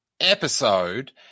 episode